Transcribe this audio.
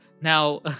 Now